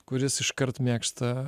kuris iškart mėgsta